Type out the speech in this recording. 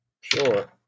Sure